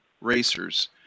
racers